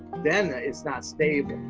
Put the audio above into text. then ah it's not stable.